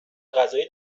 غذایی